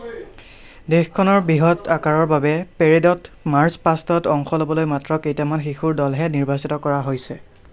দেশখনৰ বৃহৎ আকাৰৰ বাবে পেৰেডত মাৰ্চ পাষ্টত অংশ ল'বলৈ মাত্ৰ কেইটামান শিশুৰ দলহে নিৰ্বাচিত কৰা হৈছে